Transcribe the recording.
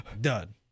Done